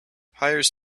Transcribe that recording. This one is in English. hires